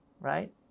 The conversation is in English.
right